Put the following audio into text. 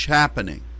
happening